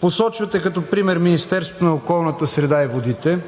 Посочвате като пример Министерството на околната среда и водите,